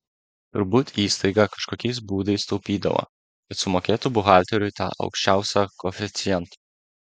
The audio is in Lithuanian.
turbūt įstaiga kažkokiais būdais taupydavo kad sumokėtų buhalteriui tą aukščiausią koeficientą